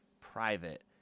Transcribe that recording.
private